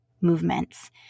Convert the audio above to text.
movements